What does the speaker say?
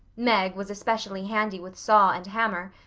meg was especially handy with saw and hammer,